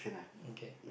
okay